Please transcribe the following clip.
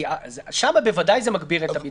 כי שם בוודאי זה מגביר את הבידוד.